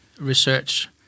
research